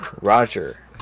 Roger